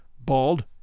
bald